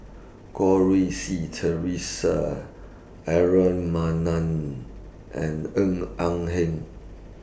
Goh Rui Si Theresa Aaron Maniam and Ng Eng Hen